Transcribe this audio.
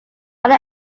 while